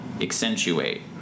accentuate